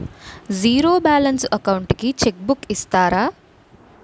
Zero balance account కి cheque book ఇస్తారా?